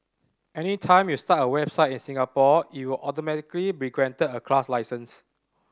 anytime you start a website in Singapore it will automatically be granted a class license